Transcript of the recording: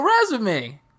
resume